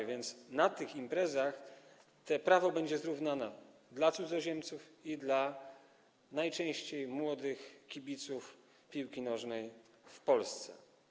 A więc na tych imprezach te prawo będzie zrównane dla cudzoziemców i dla - najczęściej młodych - kibiców piłki nożnej w Polsce.